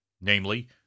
namely